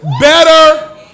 better